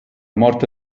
morte